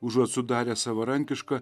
užuot sudaręs savarankišką